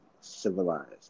civilized